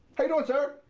how you doing, sir?